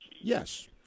Yes